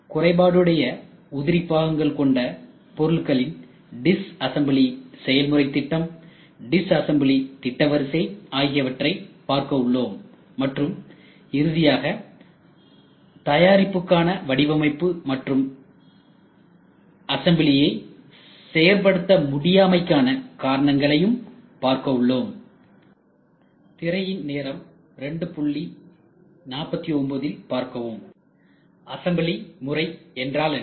குறைபாடுடைய உதிரிபாகங்கள் கொண்ட பொருள்களின் டிஸ்அசம்பிளி செயல்முறை திட்டம் டிஸ்அசம்பிளி திட்ட வரிசை ஆகியவற்றைபார்க்க உள்ளோம் மற்றும் இறுதியாக தயாரிப்புக்கான வடிவமைப்பு மற்றும் அசம்பிளியை செயற்படுத்த முடியாமைக்கான காரணங்களையும் பார்க்க உள்ளோம் அசம்பிளி முறை என்றால் என்ன